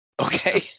Okay